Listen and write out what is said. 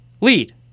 Lead